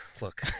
look